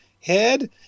head